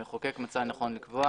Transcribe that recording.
המחוקק מצא לנכון לקבוע